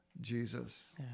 Jesus